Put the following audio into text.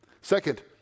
Second